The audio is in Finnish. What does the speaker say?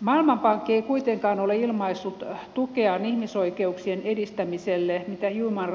maailmanpankki ei kuitenkaan ole ilmaissut tukeaan ihmisoikeuksien edistämiselle mitä human